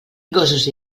gossos